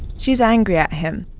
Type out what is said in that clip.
she's angry at him,